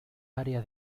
área